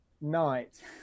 night